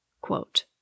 Quote